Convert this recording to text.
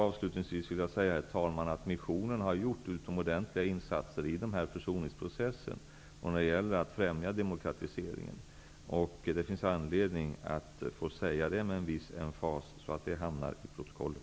Avslutningsvis vill jag säga att missionen har gjort utomordentliga insatser i försoningsprocessen när det gäller att främja demokratiseringen. Det finns anledning att betona detta med en viss emfas, så att det noteras till protokollet.